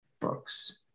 books